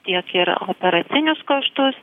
tiek ir operacinius kaštus